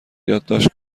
یادداشت